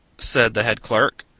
said the head clerk.